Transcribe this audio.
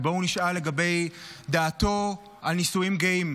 שבו הוא נשאל לגבי דעתו על נישואים גאים,